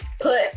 put